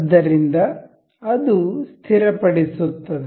ಆದ್ದರಿಂದ ಅದು ಸ್ಥಿರಪಡಿಸುತ್ತದೆ